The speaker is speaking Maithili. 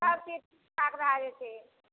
सभ ठीक ठाक भए जेतै